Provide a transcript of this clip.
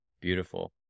Beautiful